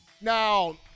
Now